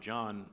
John